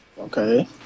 Okay